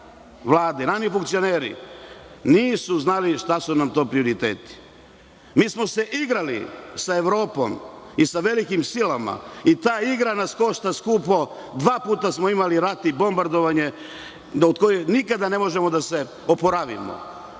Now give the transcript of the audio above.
Vlade i raniji funkcioneri nisu znali šta su nam to prioriteti? Igrali smo se sa Evropom i sa velikim silama i ta igra nas košta skupo. Imali smo dva puta rat i bombardovanje od kojih nikada ne možemo da se oporavimo.